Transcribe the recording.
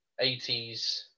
80s